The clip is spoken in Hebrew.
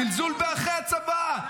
זלזול בערכי הצבא,